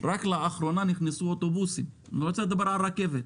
רק לאחרונה נכנסו אוטובוסים, שלא נדבר על רכבת.